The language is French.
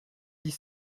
dix